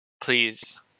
please